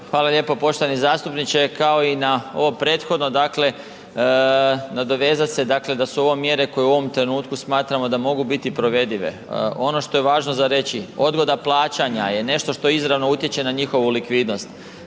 Hvala lijepo. Poštovani zastupniče, kao i na ovo prethodno dakle nadovezat se dakle da su ovo mjere koje u ovom trenutku smatramo da mogu biti provedive. Ono što je važno za reći, odgoda plaćanja je nešto što izravno utječe na njihovu likvidnost.